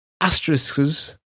asterisks